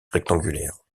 rectangulaire